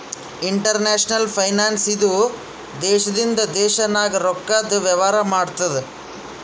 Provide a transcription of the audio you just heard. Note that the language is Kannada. ಇಂಟರ್ನ್ಯಾಷನಲ್ ಫೈನಾನ್ಸ್ ಇದು ದೇಶದಿಂದ ದೇಶ ನಾಗ್ ರೊಕ್ಕಾದು ವೇವಾರ ಮಾಡ್ತುದ್